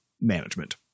management